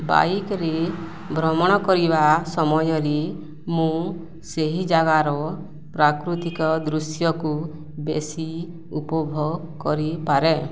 ବାଇକ୍ରେ ଭ୍ରମଣ କରିବା ସମୟରେ ମୁଁ ସେହି ଜାଗାର ପ୍ରାକୃତିକ ଦୃଶ୍ୟକୁ ବେଶୀ ଉପଭୋଗ କରିପାରେ